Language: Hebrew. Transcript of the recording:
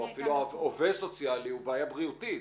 אפילו הווה סוציאלי הוא בעיה בריאותית.